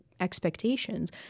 expectations